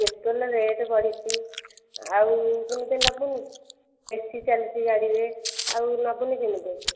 petrol rate ବଢ଼ିଛି ଆଉ ଏତେ ରେଟ୍ ନେବୁନି ଏସି ଚାଲିଛି ଗାଡ଼ିରେ ଆଉ ନେବୁନି କେମିତି